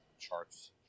Charts